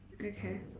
Okay